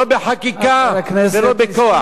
לא בחקיקה ולא בכוח,